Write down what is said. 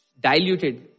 diluted